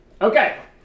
Okay